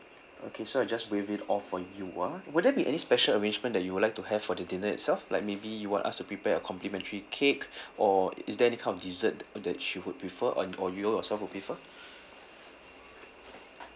okay so I just waive it off for you ah would there be any special arrangement that you would like to have for the dinner itself like maybe you want us to prepare a complementary cake or is there any kind of dessert that she would prefer on or you yourself would prefer